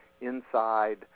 inside